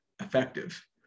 effective